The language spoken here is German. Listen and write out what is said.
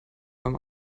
beim